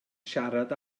siarad